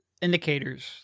indicators